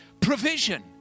provision